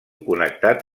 connectat